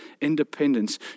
independence